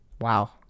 wow